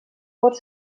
pot